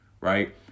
right